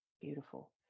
Beautiful